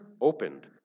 opened